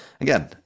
Again